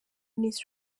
miss